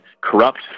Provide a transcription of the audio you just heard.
corrupt